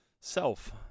self